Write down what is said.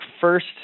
first